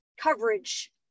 coverage